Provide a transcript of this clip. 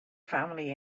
family